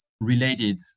related